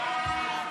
סעיף